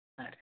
ಹಾಂ ರಿ